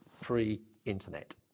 pre-internet